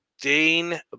Dane